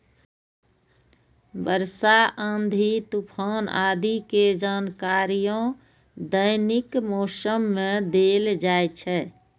वर्षा, आंधी, तूफान आदि के जानकारियो दैनिक मौसम मे देल जाइ छै